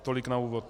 Tolik na úvod.